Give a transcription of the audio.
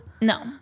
No